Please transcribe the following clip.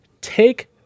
take